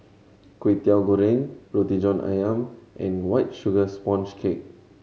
Kwetiau Goreng Roti John Ayam and White Sugar Sponge Cake